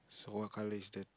so what colour is the